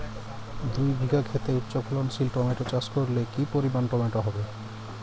দুই বিঘা খেতে উচ্চফলনশীল টমেটো চাষ করলে কি পরিমাণ টমেটো হবে?